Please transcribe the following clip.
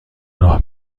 راه